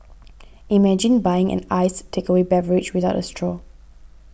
imagine buying an iced takeaway beverage without a straw